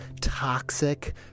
toxic